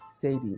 Sadie